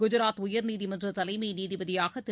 குஜராத் உயர்நீதிமன்ற தலைமை நீதிபதியாக திரு